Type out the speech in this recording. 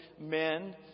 men